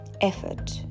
Effort